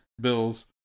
Bills